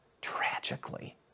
tragically